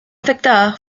afectada